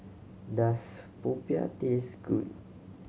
does popiah taste good